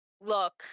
Look